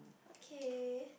okay